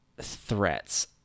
threats